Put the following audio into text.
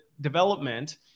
development